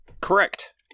Correct